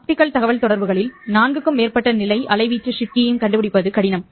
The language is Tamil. ஆப்டிகல் தகவல்தொடர்புகளில் 4 க்கும் மேற்பட்ட நிலை அலைவீச்சு ஷிப்ட் கீயிங் கண்டுபிடிப்பது கடினம்